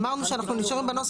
אמרנו שאנחנו נשארים בנוסח,